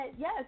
yes